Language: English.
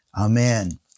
Amen